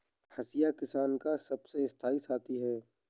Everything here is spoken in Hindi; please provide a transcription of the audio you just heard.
हंसिया किसान का सबसे स्थाई साथी है